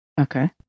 okay